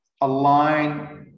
align